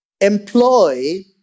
employ